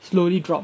slowly drop